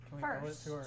first